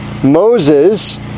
Moses